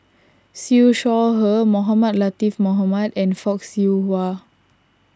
Siew Shaw Her Mohamed Latiff Mohamed and Fock Siew Wah